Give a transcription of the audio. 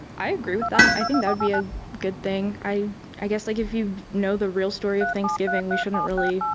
i agree with that. i think that would be a good thing. i i guess like if you know the real story of thanksgiving we shouldn't really,